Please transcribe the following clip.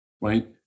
right